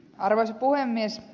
arvoisa puhemies